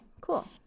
Cool